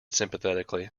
sympathetically